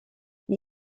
you